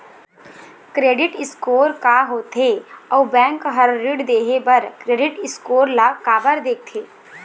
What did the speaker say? Credit score का होथे अउ बैंक हर ऋण देहे बार क्रेडिट स्कोर ला काबर देखते?